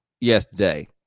yesterday